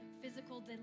physical